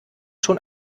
schon